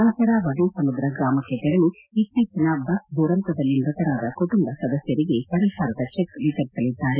ನಂತರ ವದೆಸಮುದ್ರ ಗ್ರಾಮಕ್ಕೆ ತೆರಳ ಇತ್ತೀಚಿನ ಬಸ್ ದುರಂತದಲ್ಲಿ ಮ್ಬತರಾದ ಕುಟುಂಬ ಸದಸ್ಕರಿಗೆ ಪರಿಹಾರದ ಚೆಕ್ ವಿತರಿಸಲಿದ್ದಾರೆ